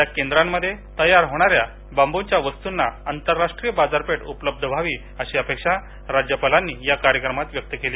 या केंद्रामध्ये तयार होणाऱ्या बाबूच्या वस्तूना आंतरराष्ट्रीय बाजारपेठ उपलब्ध व्हावी अशी अपेक्षा राज्यपालानी या कार्यक्रमात व्यक्त केली